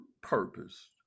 purpose